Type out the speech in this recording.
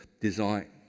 design